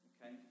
Okay